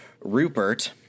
Rupert